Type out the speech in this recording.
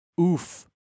Oof